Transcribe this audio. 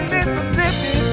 Mississippi